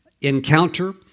encounter